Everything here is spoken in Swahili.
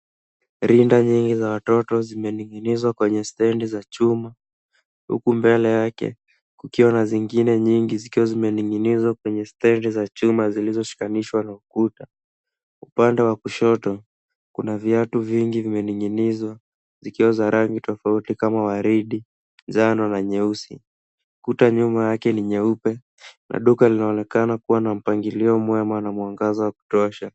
Rinda nyingi za watoto zimeninginizwa kwenye stendi za chuma, huku mbele yake kukiwa na zingine nyingi zikiwa zimeninginizwa stedi za chuma zilizoshikanishwa na ukuta. Upande wa kushoto, kuna viatu vingi vimeninginizwa, zikiwa na rangi tofauti kama vile waridi, njano na nyeusi. Kuta nyumba yake ni nyeupe na duka linaonekana kuwa na mpango mwema, na mwangaza wa kutosha.